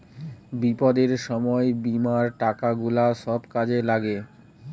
বিপদের সময় বীমার টাকা গুলা সব কাজে লাগে